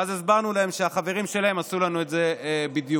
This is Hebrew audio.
ואז הסברנו להן שהחברים שלהן עשו לנו את זה בדיוק.